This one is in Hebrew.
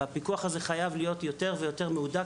אז הפיקוח הזה חייב להיות יותר מהודק.